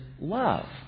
love